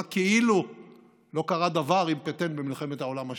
כאילו לא קרה דבר עם פטן במלחמת העולם השנייה.